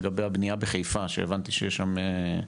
לגבי הבנייה בחיפה שהבנתי שיש שם,